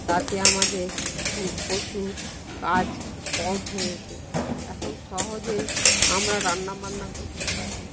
তাতে আমাদের প্রচুর কাজ কম হয়েছে এখন সহজেই আমরা রান্নাবান্না করতে পারি